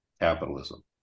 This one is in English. capitalism